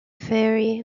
faerie